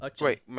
Wait